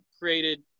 created